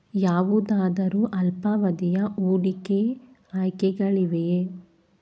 ಯಾವುದಾದರು ಅಲ್ಪಾವಧಿಯ ಹೂಡಿಕೆ ಆಯ್ಕೆಗಳಿವೆಯೇ?